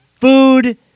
food